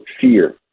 fear